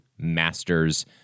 Masters